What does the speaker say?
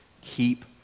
keep